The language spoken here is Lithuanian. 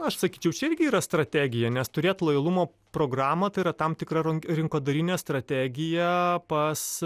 aš sakyčiau čia irgi yra strategija nes turėt lojalumo programą tai yra tam tikra rin rinkodarinė strategija pas